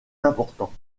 important